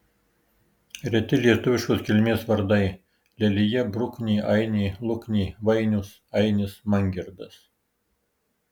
reti lietuviškos kilmės vardai lelija bruknė ainė luknė vainius ainis mangirdas